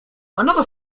another